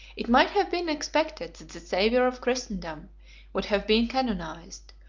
it might have been expected that the savior of christendom would have been canonized,